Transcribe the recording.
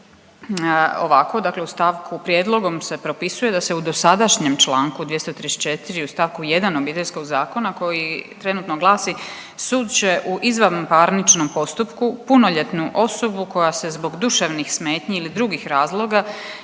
ovako: „Dakle u stavku, prijedlogom se propisuje da se u dosadašnjem članku 234. u stavku 1. Obiteljskog zakona koji trenutno glasi: „Sud će u izvanparničnom postupku punoljetnu osobu koja se zbog duševnih smetnji ili drugih razloga